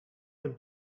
them